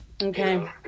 Okay